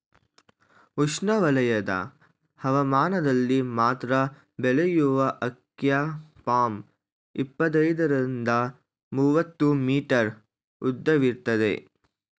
ಉಷ್ಣವಲಯದ ಹವಾಮಾನದಲ್ಲಿ ಮಾತ್ರ ಬೆಳೆಯುವ ಅಕೈ ಪಾಮ್ ಇಪ್ಪತ್ತೈದರಿಂದ ಮೂವತ್ತು ಮೀಟರ್ ಉದ್ದವಿರ್ತದೆ